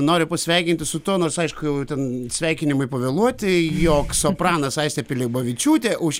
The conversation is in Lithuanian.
noriu pasveikinti su tuo nors aišku jau ten sveikinimai pavėluoti jog sopranas aistė pilibavičiūtė už